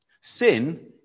Sin